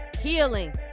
healing